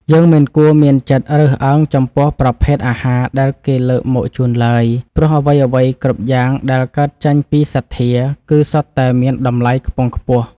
យើងមិនគួរមានចិត្តរើសអើងចំពោះប្រភេទអាហារដែលគេលើកមកជូនឡើយ ព្រោះ អ្វីៗគ្រប់យ៉ាងដែលកើតចេញពីសទ្ធា គឺសុទ្ធតែមានតម្លៃខ្ពង់ខ្ពស់។